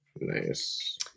Nice